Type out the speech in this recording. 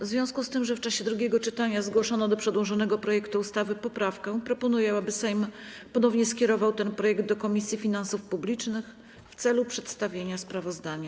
W związku z tym, że w czasie drugiego czytania zgłoszono do przedłożonego projektu ustawy poprawkę, proponuję, aby Sejm ponownie skierował ten projekt do Komisji Finansów Publicznych w celu przedstawienia sprawozdania.